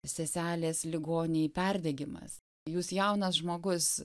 seselės ligoninėj perdegimas jūs jaunas žmogus